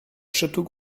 château